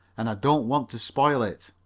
and i don't want to spoil it.